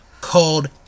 called